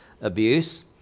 abuse